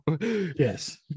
Yes